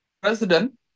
President